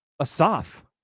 Asaf